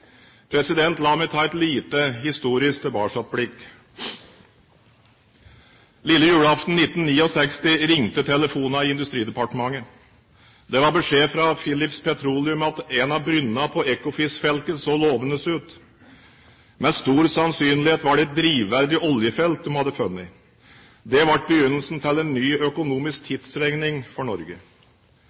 La meg ta et lite historisk tilbakeblikk: Lille julaften 1969 ringte telefonene i Industridepartementet. Det var beskjed fra Phillips Petroleum om at en av brønnene på Ekofisk-feltet så lovende ut. Med stor sannsynlighet var det et drivverdig oljefelt de hadde funnet. Det ble begynnelsen til en ny økonomisk tidsregning for Norge.